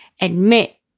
Admit